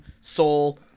Soul